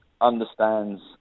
understands